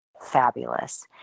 fabulous